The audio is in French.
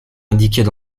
indiquées